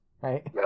Right